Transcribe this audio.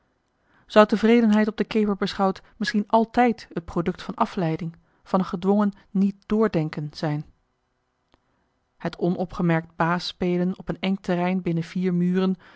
zou tevredenheid op de keper beschouwd misschien altijd het product van afleiding van een gedwongen niet doordenken zijn het onopgemerkt baas spelen op een eng terrein binnen vier muren